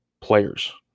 players